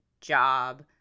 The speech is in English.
job